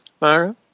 Mara